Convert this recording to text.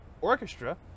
orchestra